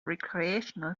recreational